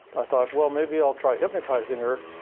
i thought, well, maybe i'll try hypnotizing her,